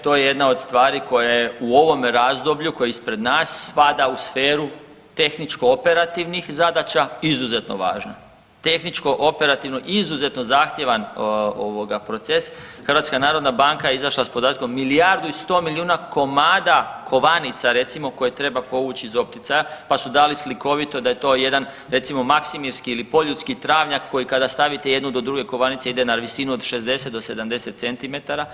To je jedna od stvari koja je u ovome razdoblju koje je ispred nas spada u sferu tehničko operativnih zadaća izuzetno važno, tehničko operativno izuzetno zahtjevan ovoga proces, HNB je izašla s podatkom milijardu i 100 milijuna komada kovanica recimo koje treba povuć iz opticaja, pa su dali slikovito da je to jedan recimo maksimirski ili poljudski travnjak koji kada stavite jednu do druge kovanice ide na visinu od 60 do 70 cm.